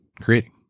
creating